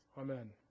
Amen